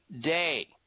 day